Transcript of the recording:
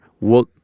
work